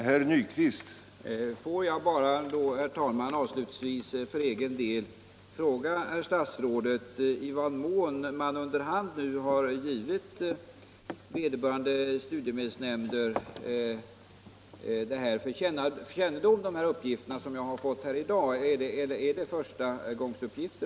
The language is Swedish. Herr talman! Får jag bara avslutningsvis för egen del fråga herr statsrådet i vad mån man under hand till vederbörande studiemedelsnämnder för kännedom överlämnat de uppgifter som jag fått här i dag. Eller är det förstahandsuppgifter?